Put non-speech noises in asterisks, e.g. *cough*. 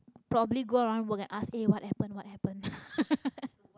probably go around work and ask eh what happen what happen *laughs*